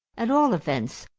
at all events,